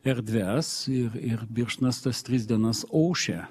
erdves ir ir birštonas tas tris dienas ošia